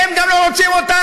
והן גם לא רוצות אותנו,